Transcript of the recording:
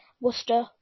Worcester